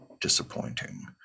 disappointing